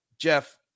Jeff